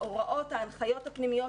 ההנחיות הפנימיות,